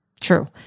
True